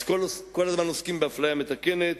אז כל הזמן עוסקים באפליה מתקנת.